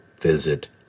visit